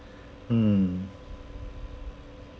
mm